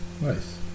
Nice